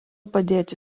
padėti